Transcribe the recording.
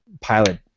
pilot